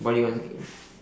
what you want to get